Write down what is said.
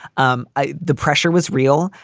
um ah the pressure was real.